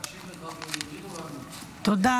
תודה